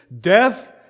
Death